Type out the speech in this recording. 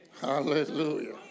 Hallelujah